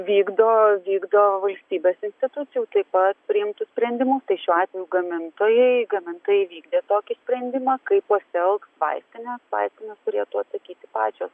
vykdo vykdo valstybės institucijų taip pat priimtus sprendimus tai šiuo atveju gamintojai gamintojai įvykdė tokį sprendimą kaip pasielgs vaistinė vaistinės turėtų atsakyti pačios